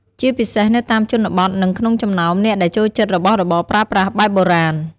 ជាពិសេសនៅតាមជនបទ និងក្នុងចំណោមអ្នកដែលចូលចិត្តរបស់របរប្រើប្រាស់បែបបុរាណ។